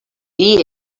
dir